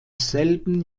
selben